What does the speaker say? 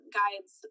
guides